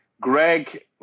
Greg